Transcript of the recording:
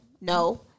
no